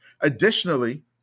Additionally